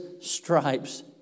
stripes